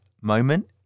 moment